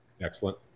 Excellent